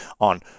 on